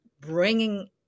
bringing